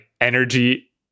energy